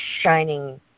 shining